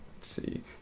see